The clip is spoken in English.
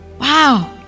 wow